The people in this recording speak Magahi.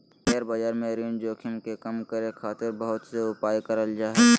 शेयर बाजार में ऋण जोखिम के कम करे खातिर बहुत से उपाय करल जा हय